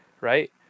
right